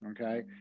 Okay